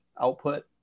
output